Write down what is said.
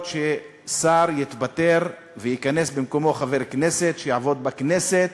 ששר יתפטר וייכנס במקומו חבר כנסת שיעבוד בכנסת,